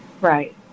Right